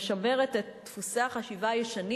שמשמרת את דפוסי החשיבה הישנים,